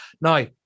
Now